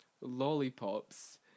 lollipops